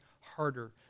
harder